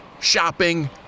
shopping